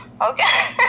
Okay